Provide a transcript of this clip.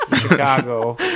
Chicago